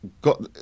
got